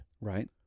Right